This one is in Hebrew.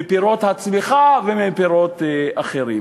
מפירות הצמיחה ומפירות אחרים.